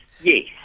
yes